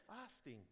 fasting